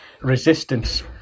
resistance